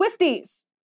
Swifties